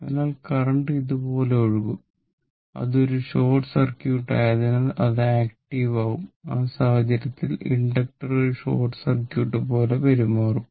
അതിനാൽ കറന്റ് ഇതുപോലെ ഒഴുകും അത് ഒരു ഷോർട്ട് സർക്യൂട്ട് ആയതിനാൽ അത് ആക്ടീവ് ആവും ആ സാഹചര്യത്തിൽ ഇൻഡക്ടർ ഒരു ഷോർട്ട് സർക്യൂട്ട് പോലെ പെരുമാറും